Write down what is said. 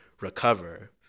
recover